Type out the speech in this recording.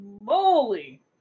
moly